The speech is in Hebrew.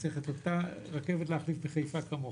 אז רציתי לוודא שהמסלול ירוק לכולם.